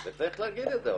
וצריך להגיד את זה.